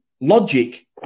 logic